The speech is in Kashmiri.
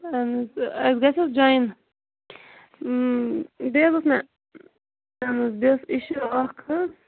اہن حظ اَسہِ گَژھِ حظ جۄین بیٚیہ حظ اوس مےٚ بیٚیہِ اوس اِشوٗ اکھ حظ